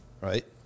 right